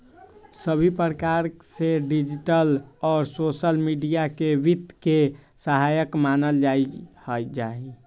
सभी प्रकार से डिजिटल और सोसल मीडिया के वित्त के सहायक मानल जाहई